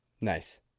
Nice